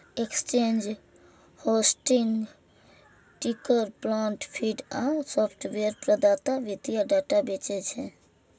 exchange, hosting, ticker plant feed आ software प्रदाता वित्तीय डाटा बेचै छै